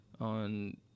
on